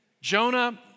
Jonah